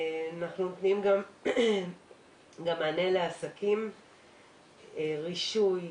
אנחנו נותנים גם מענה לעסקים כמו רישוי,